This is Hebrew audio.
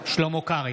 שלמה קרעי,